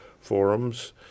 forums